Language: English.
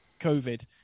COVID